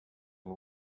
and